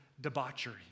debauchery